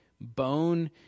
bone